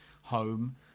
home